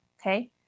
Okay